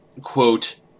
quote